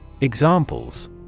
Examples